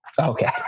okay